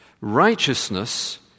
Righteousness